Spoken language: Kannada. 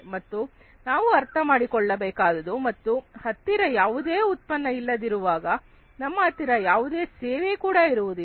ಮತ್ತು ನಾವು ಅರ್ಥಮಾಡಿಕೊಳ್ಳಬೇಕಾದುದು ನಮ್ಮ ಹತ್ತಿರ ಯಾವುದೇ ಉತ್ಪನ್ನ ಇಲ್ಲದಿರುಗವಾಗ ನಮ್ಮ ಹತ್ತಿರ ಯಾವುದೇ ಸೇವೆ ಕೂಡ ಇರುವುದಿಲ್ಲ